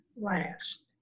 last